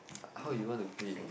how you want to play